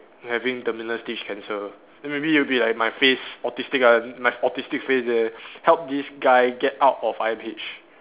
having terminal stage cancer then maybe you be like my face autistic lah my autistic face there help this guy get out of I_M_H